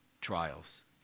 trials